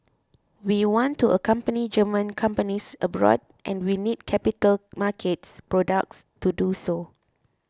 we want to accompany German companies abroad and we need capital markets products to do so